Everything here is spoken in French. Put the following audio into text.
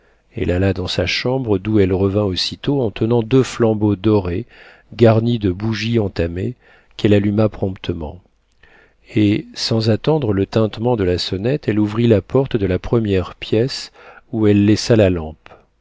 elle alla dans sa chambre d'où elle revint aussitôt en tenant deux flambeaux dorés garnis de bougies entamées qu'elle alluma promptement et sans attendre le tintement de la sonnette elle ouvrit la porte de la première pièce où elle laissa la lampe